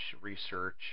research